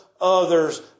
others